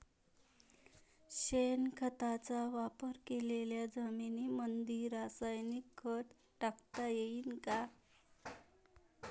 शेणखताचा वापर केलेल्या जमीनीमंदी रासायनिक खत टाकता येईन का?